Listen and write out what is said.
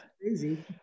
crazy